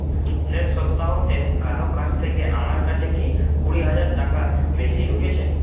শেষ সপ্তাহতে কারো কাছ থেকে আমার কাছে কি কুড়ি হাজার টাকার বেশি ঢুকেছে